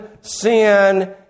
sin